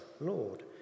Lord